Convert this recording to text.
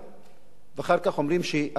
ואחר כך אומרים שאנחנו נפיל את הממשלה